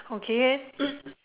okay